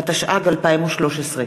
התשע"ג 2013,